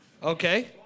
Okay